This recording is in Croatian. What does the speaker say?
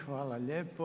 Hvala lijepo.